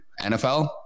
NFL